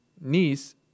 niece